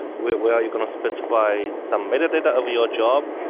where where you're going to specify some metadata of your job.